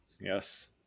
yes